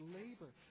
labor